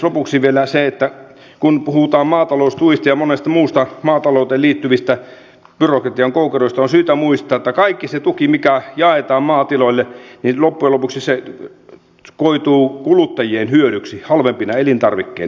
lopuksi vielä se että kun puhutaan maataloustuista ja monista muista maatalouteen liittyvistä byrokratian koukeroista on syytä muistaa että kaikki se tuki mikä jaetaan maatiloille loppujen lopuksi koituu kuluttajien hyödyksi halvempina elintarvikkeina